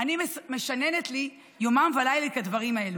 אני משננת לי יומם ולילה את הדברים האלה,